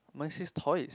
mine says toys